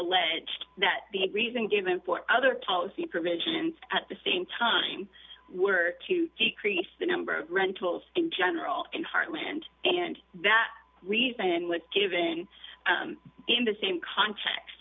alleged that the reason given for other policy provisions at the same time were to decrease the number of rentals in general in the heartland and that reason with giving them the same context